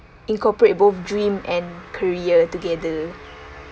incorporate both dream and career together